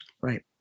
Right